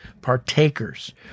Partakers